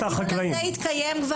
הדיון הזה כבר התקיים.